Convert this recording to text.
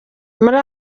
muri